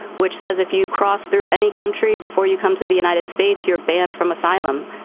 which says if you cross through any country before you come to the united states, you're banned from asylum.